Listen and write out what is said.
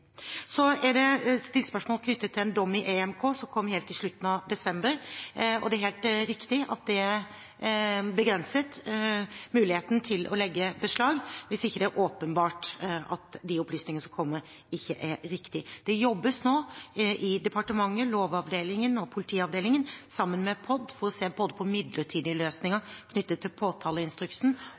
Så er det stilt spørsmål knyttet til en dom i EMK som kom helt i slutten av desember. Det er helt riktig at det begrenset muligheten til å legge beslag, hvis ikke det er åpenbart at de opplysningene som kommer, ikke er riktige. Det jobbes nå i departementet, Lovavdelingen og politiavdelingen sammen med POD med å se på midlertidige løsninger knyttet til påtaleinstruksen,